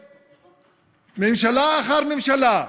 ממשלה אחר ממשלה,